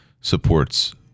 supports